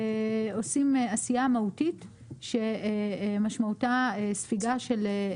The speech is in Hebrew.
עושים עשייה מהותית שמשמעותה ספיגה של,